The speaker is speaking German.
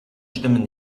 stimmen